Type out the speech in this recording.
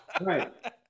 Right